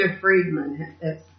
Friedman